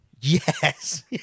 Yes